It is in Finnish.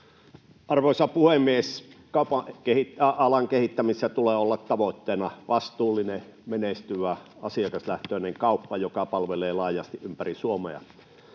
Arvoisa puhemies! Kaupan alan kehittämisessä tulee olla tavoitteena vastuullinen, menestyvä, asiakaslähtöinen kauppa, joka palvelee laajasti ympäri Suomea.